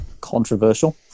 Controversial